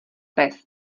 pes